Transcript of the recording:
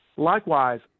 Likewise